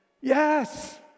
yes